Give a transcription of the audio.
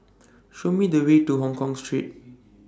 Show Me The Way to Hongkong Street